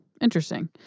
Interesting